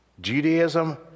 Judaism